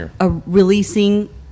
releasing